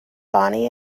bonnie